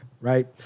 right